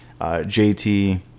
JT